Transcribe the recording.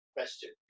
Question